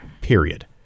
period